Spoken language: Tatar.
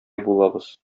булабыз